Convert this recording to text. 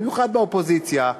במיוחד באופוזיציה,